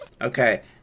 Okay